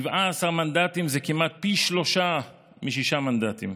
17 מנדטים זה כמעט פי שלושה משישה מנדטים.